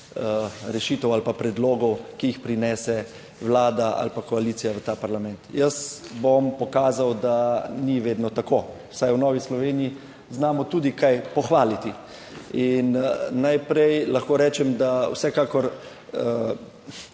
rešitev ali pa predlogov, ki jih prinese Vlada ali pa koalicija v ta parlament. Jaz bom pokazal, da ni vedno tako, vsaj v Novi Sloveniji znamo tudi kaj pohvaliti. In najprej lahko rečem, da vsekakor